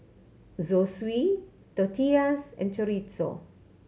Zosui Tortillas and Chorizo